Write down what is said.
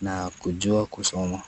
na kujua kusoma.